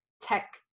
tech